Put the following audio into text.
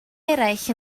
eraill